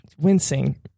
wincing